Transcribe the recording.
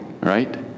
right